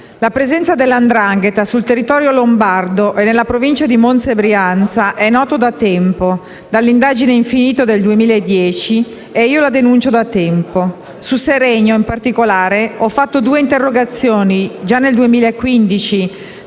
La presenza della 'ndrangheta sul territorio lombardo e nella provincia di Monza e Brianza è nota da tempo, dall'indagine infinita del 2010. E io la denuncio da tempo. Su Seregno, in particolare, ho presentato nel 2015